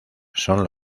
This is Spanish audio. son